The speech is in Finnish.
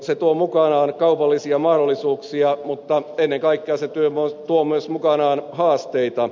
se tuo mukanaan kaupallisia mahdollisuuksia mutta ennen kaikkea se tuo myös mukanaan haasteita